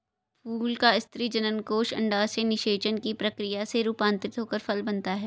फूल का स्त्री जननकोष अंडाशय निषेचन की प्रक्रिया से रूपान्तरित होकर फल बनता है